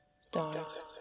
Stars